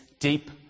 deep